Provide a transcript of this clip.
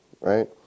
right